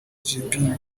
jinping